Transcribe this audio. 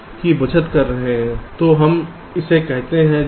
Refer Slide Time 2436 तो हम इसे देखते हैं